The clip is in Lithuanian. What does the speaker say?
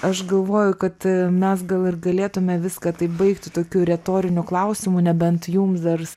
aš galvoju kad mes gal ir galėtume viską taip baigti tokiu retoriniu klausimu nebent jums dar